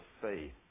faith